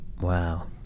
Wow